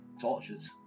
tortures